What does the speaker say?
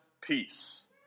peace